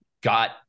got